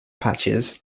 patches